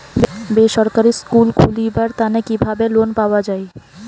বেসরকারি স্কুল খুলিবার তানে কিভাবে লোন পাওয়া যায়?